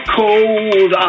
cold